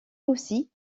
aussi